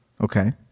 Okay